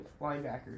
linebacker